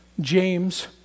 James